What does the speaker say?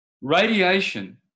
Radiation